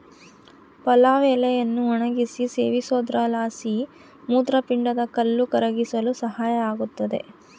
ಪಲಾವ್ ಎಲೆಯನ್ನು ಒಣಗಿಸಿ ಸೇವಿಸೋದ್ರಲಾಸಿ ಮೂತ್ರಪಿಂಡದ ಕಲ್ಲು ಕರಗಿಸಲು ಸಹಾಯ ಆಗುತ್ತದೆ